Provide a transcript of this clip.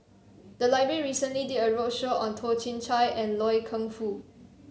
the library recently did a roadshow on Toh Chin Chye and Loy Keng Foo